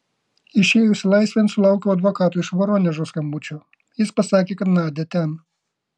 išėjusi laisvėn sulaukiau advokato iš voronežo skambučio jis pasakė kad nadia ten